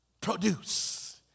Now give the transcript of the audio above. produce